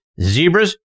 Zebras